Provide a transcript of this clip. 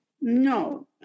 no